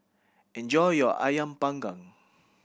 enjoy your Ayam Panggang